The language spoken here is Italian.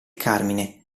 carmine